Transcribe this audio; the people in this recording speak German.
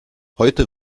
heute